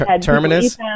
Terminus